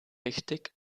richtig